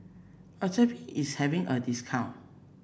is having a discount